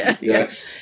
yes